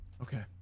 Okay